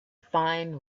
fine